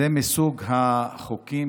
זה מסוג החוקים